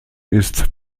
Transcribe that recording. ist